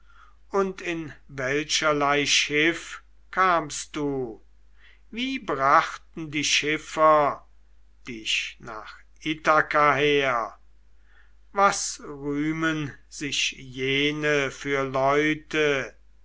und in welcherlei schiff kamst du wie brachten die schiffer dich nach ithaka her was rühmen sich jene für leute